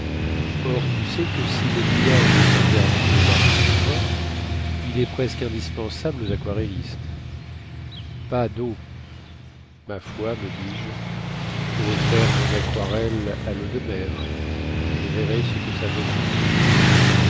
or tu sais que si le mouillage est interdit aux marchands de vins il est presque indispensable aux aquarellistes pas deau ma foi me dis-je je vais faire mon aquarelle à leau de mer je verrai ce que ça donnera